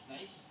Nice